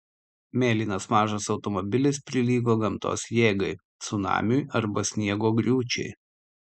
mėlynas mažas automobilis prilygo gamtos jėgai cunamiui arba sniego griūčiai